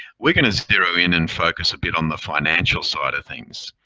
we're going to zero in and focus a bit on the financial side of things.